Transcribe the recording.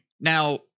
Now